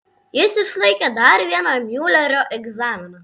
jis išlaikė dar vieną miulerio egzaminą